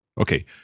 Okay